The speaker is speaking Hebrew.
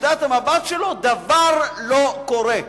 מנקודת המבט שלו, דבר לא קורה.